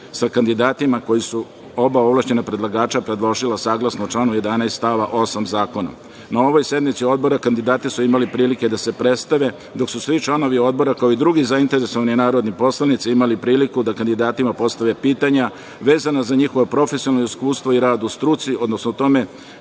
sa kandidatima koji su oba ovlašćena predlagača predložila saglasno članu 11. stava 8. Zakona. Na ovoj sednici Odbora kandidati su imali prilike da se predstave dok su svi članovi Odbora kao i drugi zainteresovani narodni poslanici imali priliku da kandidatima postave pitanja vezana za njihovo profesionalno iskustvo, rad u struci, odnosno u tome